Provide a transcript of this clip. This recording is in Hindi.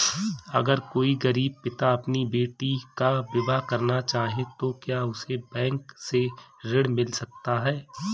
अगर कोई गरीब पिता अपनी बेटी का विवाह करना चाहे तो क्या उसे बैंक से ऋण मिल सकता है?